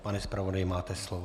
Pane zpravodaji, máte slovo.